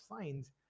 signs